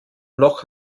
noch